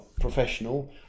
professional